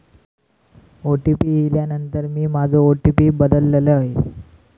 OTP इल्यानंतर मी माझो ओ.टी.पी बदललय